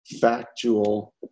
factual